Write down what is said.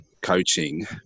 coaching